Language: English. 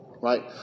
right